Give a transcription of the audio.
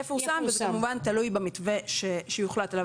וזה כמובן תלוי במתווה שהוחלט עליו.